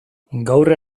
gaur